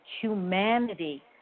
humanity